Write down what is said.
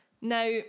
Now